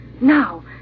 Now